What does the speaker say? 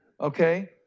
Okay